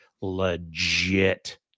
legit